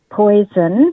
poison